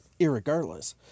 Irregardless